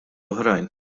oħrajn